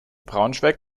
braunschweig